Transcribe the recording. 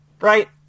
Right